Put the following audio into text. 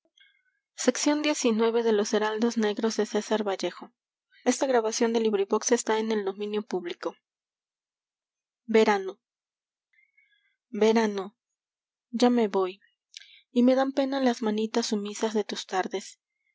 dos hermanitos verano ya me voy y me dan pena j las mandas sumisas de tus tardes